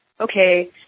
okay